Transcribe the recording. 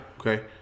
Okay